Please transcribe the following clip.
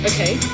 Okay